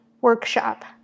workshop